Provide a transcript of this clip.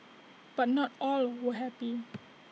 but not all were happy